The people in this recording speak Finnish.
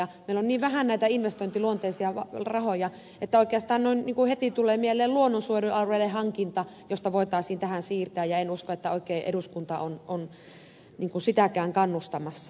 meillä on niin vähän näitä investointiluonteisia rahoja että oikeastaan heti tulee mieleen luonnonsuojelualueiden hankinta josta voitaisiin tähän siirtää enkä usko että oikein eduskunta on sitäkään kannustamassa